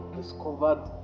discovered